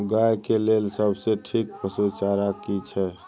गाय के लेल सबसे ठीक पसु चारा की छै?